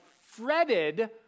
fretted